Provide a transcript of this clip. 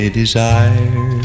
desire